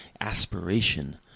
aspiration